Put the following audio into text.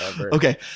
Okay